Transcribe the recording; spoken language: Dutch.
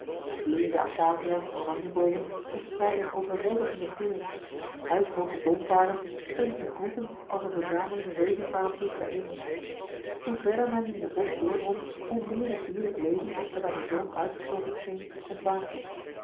bevond bloeiende acacia's en oranjeboomen verspreidden een overweldigenden geur huishooge boomvarens stonden in groepen als eene verzameling reuzenparaplu's bijeen hoe verder men in het bosch doordrong hoe meer het dierlijk leven dat aan den zoom uitgestorven scheen ontwaakte